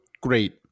great